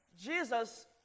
Jesus